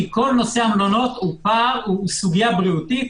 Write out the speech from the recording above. כי כל נושא המלונות הוא סוגיה בריאתית.